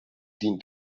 dient